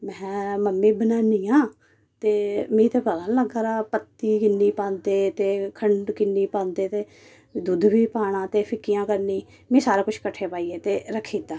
ते मैहां मम्मी बनान्नी आं ते मिगी ते पता नी लग्गा दा पत्ती किन्नी पांदे ते खण्ड किन्नी पांदे ते दुद्ध बी पाना फ्ही कियां करनी मीं सारा कुछ कट्ठे पाइये ते रक्खी दित्ता